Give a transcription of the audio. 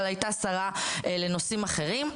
אבל הייתה שרה לנושאים אחרים.